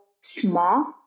small